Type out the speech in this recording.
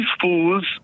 fools